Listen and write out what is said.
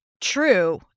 true